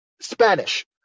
Spanish